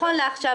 נכון לעכשיו,